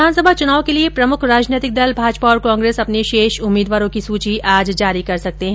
विधानसभा चुनाव के लिये प्रमुख राजनैतिक दल भाजपा और कांग्रेस अपने शेष उम्मीदवारों की सूची आज जारी कर सकते हैं